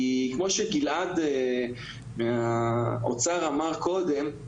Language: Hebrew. כי כמו שאביעד מהאוצר אמר קודם,